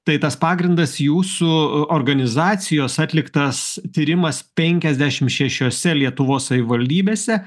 tai tas pagrindas jūsų organizacijos atliktas tyrimas penkiasdešim šešiose lietuvos savivaldybėse